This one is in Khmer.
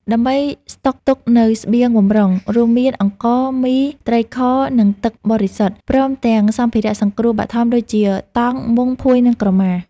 ដើម្បីស្តុកទុកនូវស្បៀងបម្រុង រួមមានអង្ករ មី ត្រីខ និងទឹកបរិសុទ្ធ ព្រមទាំងសម្ភារៈសង្គ្រោះបឋមដូចជា តង់ មុង ភួយ និងក្រមា។